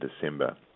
December